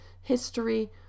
history